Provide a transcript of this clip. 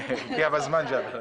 מי נגד?